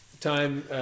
time